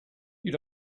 you